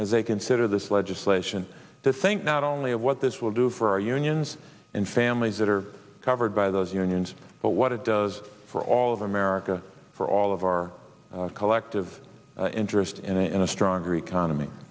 as they consider this legislation to think not only of what this will do for our unions and families that are covered by those unions but what it does for all of america for all of our collective interest in a stronger economy